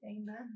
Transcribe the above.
Amen